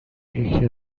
یکی